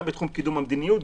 גם בתחום קידום המדיניות,